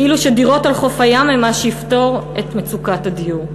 כאילו שדירות על חוף הים הן מה שיפתור את מצוקת הדיור.